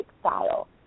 style